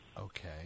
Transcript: Okay